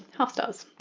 half stars.